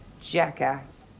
Jackass